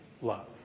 love